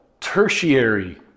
tertiary